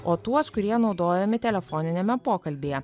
o tuos kurie naudojami telefoniniame pokalbyje